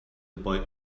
boy